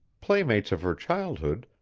playmates of her childhood,